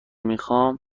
میخام